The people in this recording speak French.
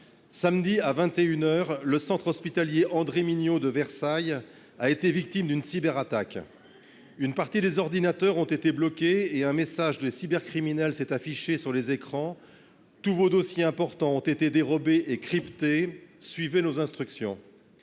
Samedi à 21h, le Centre hospitalier André Mignot de Versailles a été victime d'une cyberattaque. Une partie des ordinateurs ont été bloqués et un message des cybercriminels s'est affiché sur les écrans tous vos dossiers importants ont été dérobés et crypté, suivez nos instructions.